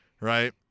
Right